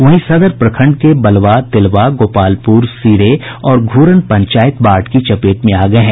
वहीं सदर प्रखंड के बलवा तेलवा गोपालपुर सिरे और घुरन पंचायत बाढ़ की चपेट में आ गये हैं